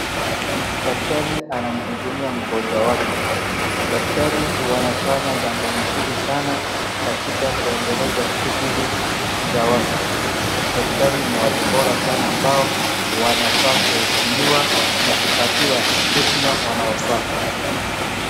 Daktari anamhudumia mgonjwa wake. Daktari wanafanya jambo mzuri sana katika kwendeleza shughuli za watu. Daktari ni watu bora sana ambao wanafaa kuheshimiwa na kupitiwa heshima wanaofaa.